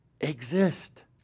exist